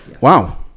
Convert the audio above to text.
Wow